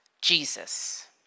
Jesus